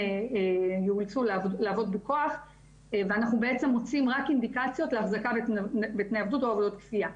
משהו שאולי, אני לא רוצה לומר, לא קרה בישראל,